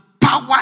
power